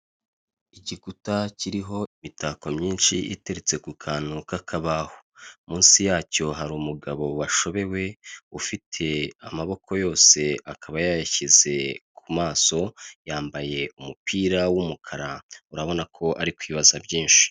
Igikuta kiriho imitako myinshi iteretse ku kantu k'akabaho, munsi yacyo hari umugabo washobewe ufite amaboko yose akaba yayashyize ku maso, yambaye umupira w'umukara urabona ko ari kwibaza byinshi.